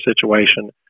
situation